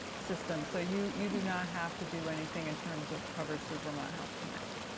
system, so you you do not have to do anything in terms of coverage through vermont health connect.